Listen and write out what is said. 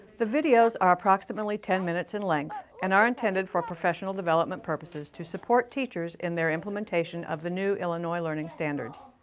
the videos are approximately ten minutes in length and are intended for professional development purposes to support teachers in their implementation of the new illinois learning standards.